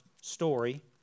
story